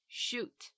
shoot